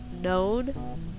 known